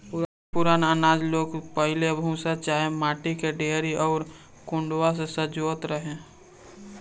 पुरान पुरान आनाज लोग पहिले भूसा चाहे माटी के डेहरी अउरी कुंडा में संजोवत रहे